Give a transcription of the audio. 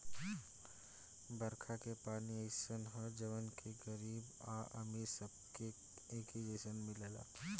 बरखा के पानी अइसन ह जवन की गरीब आ अमीर सबके एके जईसन मिलेला